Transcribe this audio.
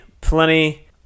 plenty